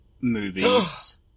movies